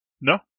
No